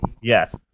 Yes